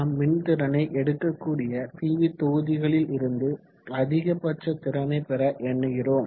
நாம் மின்திறனை எடுக்கக்கூடிய பிவி தொகுதிகளில் இருந்து அதிகபட்ச திறனை பெற எண்ணுகிறோம்